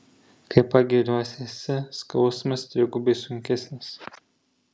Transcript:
kai pagiriosiesi skausmas trigubai sunkesnis